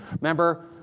Remember